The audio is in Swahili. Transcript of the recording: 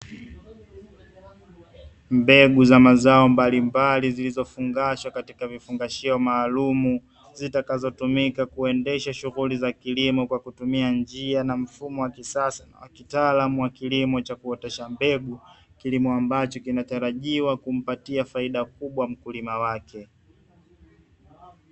Mbegu za mazao mbalimbali zilizofungashwa katika vifungashio maalumu zitakazotumika kuendesha shughuli za kilimo, kwa kutumia njia na mfumo wa kisasa wa kitaalamu wa kilimo cha kuotesha mbegu; kilimo ambacho kinatarajiwa kumpatia faida kubwa mkulima wake.